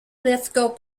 lithgow